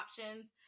options